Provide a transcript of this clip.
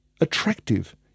attractive